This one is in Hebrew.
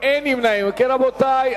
רק רגע, רבותי.